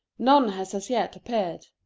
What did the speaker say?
none has as yet appeared.